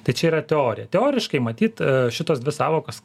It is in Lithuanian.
tai čia yra teorija teoriškai matyt šitos dvi sąvokos